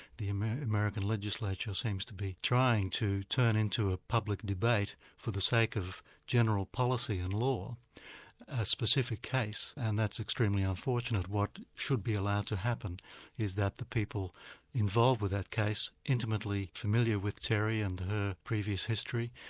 the and american legislature seems to be trying to turn into a public debate for the sake of general policy and law a specific case and that's extremely unfortunate. what should be allowed to happen is that the people involved with that case intimately familiar with terry and her previous history,